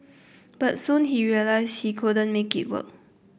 but soon he realised he couldn't make it work